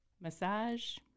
Massage